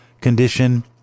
condition